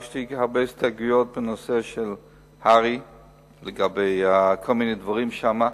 יש לי הרבה הסתייגויות בנושא ההסתדרות הרפואית לגבי כל מיני דברים שם.